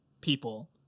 people